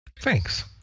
Thanks